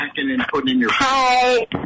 Hi